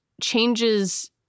changes